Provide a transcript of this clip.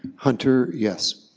hunter, yes.